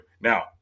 Now